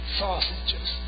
sausages